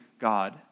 God